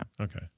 Okay